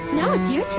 now it's your